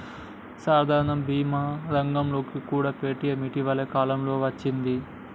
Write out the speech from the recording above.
సాధారణ భీమా రంగంలోకి కూడా పేటీఎం ఇటీవల కాలంలోనే వచ్చింది